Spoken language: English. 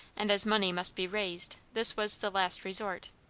and as money must be raised, this was the last resort.